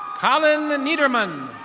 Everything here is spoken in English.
collin neederman.